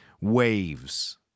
waves